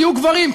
תהיו גברים.